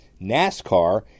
NASCAR